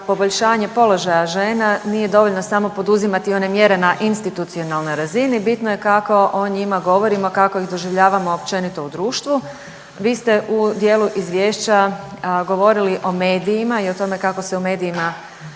poboljšanje položaja žena nije dovoljno samo poduzimati one mjere na institucionalnoj razini, bitno je kako o njima govorimo, a kako ih doživljavamo općenito u društvu. Vi ste u dijelu izvješća govorili o medijima i o tome kako se u medijima